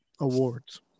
awards